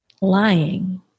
lying